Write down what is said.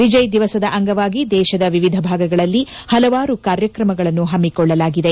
ವಿಜಯ್ ದಿವಸದ ಅಂಗವಾಗಿ ದೇಶದ ವಿವಿಧ ಭಾಗಗಳಲ್ಲಿ ಹಲವಾರು ಕಾರ್ಯಕ್ರಮಗಳನ್ನು ಹಮ್ನಿಕೊಳ್ಳಲಾಗಿದೆ